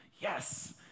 Yes